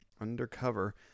undercover